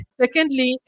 secondly